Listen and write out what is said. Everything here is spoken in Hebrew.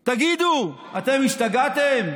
"תגידו, אתם השתגעתם?